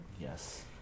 Yes